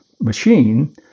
machine